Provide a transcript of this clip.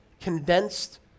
condensed